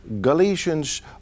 Galatians